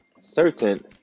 Certain